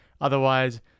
otherwise